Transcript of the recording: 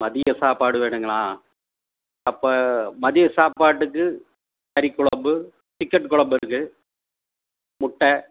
மதிய சாப்பாடு வேணுங்களா அப்போ மதிய சாப்பாட்டுக்கு கறிக்குலம்பு சிக்கன் குலம்பு இருக்கு முட்டை